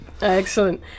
Excellent